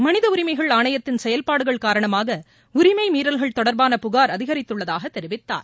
மனித உரிமைகள் ஆணையத்தின் செயல்பாடுகள் காரணமாக உரிமை மீறல்கள் தொடர்பான புகார் அதிகரித்துள்ளதாகத் தெரிவித்தார்